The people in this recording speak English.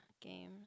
game